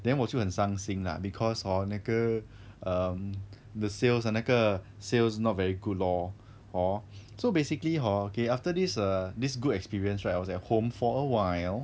then 我就很伤心 lah because hor 那个 um the sales 的那个 sales not very good lor hor so basically hor okay after this err this good experience right I was at home for awhile